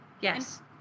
Yes